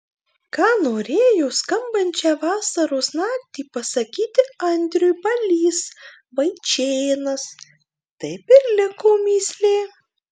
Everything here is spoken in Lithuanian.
ką norėjo skambančią vasaros naktį pasakyti andriui balys vaičėnas taip ir liko mįslė